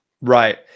right